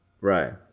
Right